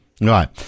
right